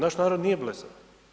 Naš narod nije blesav.